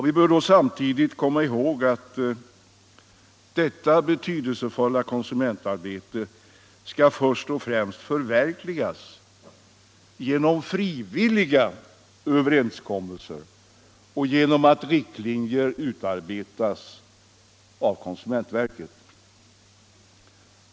Vi bör emellertid komma ihåg att detta betydelsefulla konsumentarbete skall förverkligas först och främst genom frivilliga överenskommelser och genom att riktlinjer utarbetas av konsumentverket.